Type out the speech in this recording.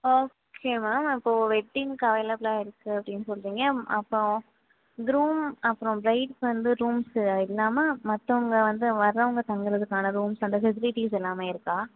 okay ma'am அப்போது வெட்டிங்குக்கு அவைலபுளாக இருக்குது அப்படின் சொல்கிறீங்க அப்பறம் குரூம் அப்பறம் பிரைடுக்கு வந்து ரூம்ஸு இல்லாமல் மற்றவங்க வந்து வரவங்க தங்கறதுக்கான ரூம்ஸ் அந்த ஃபெசிலிட்டிஸ் எல்லாமே இருக்கா